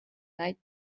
night